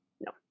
No